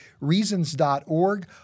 reasons.org